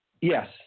Yes